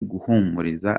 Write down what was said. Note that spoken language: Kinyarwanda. guhumuriza